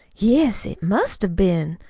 yes, it must have been.